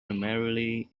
primarily